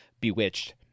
Bewitched